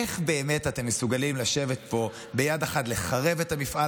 איך באמת אתם מסוגלים לשבת פה וביד אחת לחרב את המפעל